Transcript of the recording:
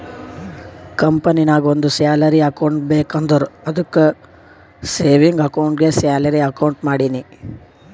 ಕಂಪನಿನಾಗ್ ಒಂದ್ salary account ಬೇಕ್ ಅಂದುರ್ ಅದ್ದುಕ್ ಸೇವಿಂಗ್ಸ್ ಅಕೌಂಟ್ಗೆ ಸ್ಯಾಲರಿ ಅಕೌಂಟ್ ಮಾಡಿನಿ